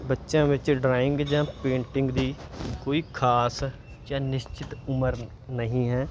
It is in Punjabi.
ਬੱਚਿਆਂ ਵਿੱਚ ਡਰਾਇੰਗ ਜਾਂ ਪੇਂਟਿੰਗ ਦੀ ਕੋਈ ਖਾਸ ਜਾਂ ਨਿਸ਼ਚਿਤ ਉਮਰ ਨਹੀਂ ਹੈ